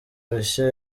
bushya